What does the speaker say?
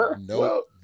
nope